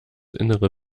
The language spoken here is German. innere